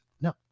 No